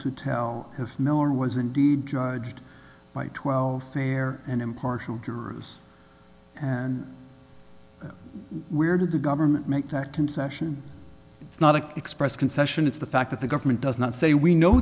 to tell if miller was indeed judged by twelve fair and impartial jurors and where did the government make that concession it's not an express concession it's the fact that the government does not say we know